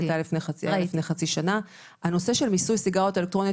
הנושא של מיסוי סיגריות אלקטרוניות